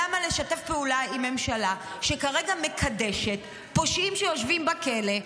למה לשתף פעולה עם ממשלה שכרגע מקדשת פושעים שיושבים בכלא.